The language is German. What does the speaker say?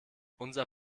unser